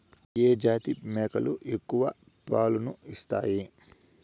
ఏ జాతి మేకలు ఎక్కువ పాలను ఇస్తాయి?